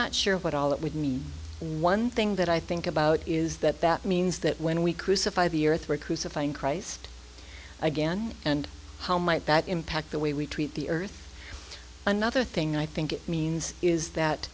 not sure what all that would mean one thing that i think about is that that means that when we crucify the earth were crucified in christ again and how might that impact the way we treat the earth another thing i think it means is that